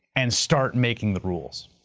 and start making the rules.